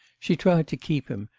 she tried to keep him,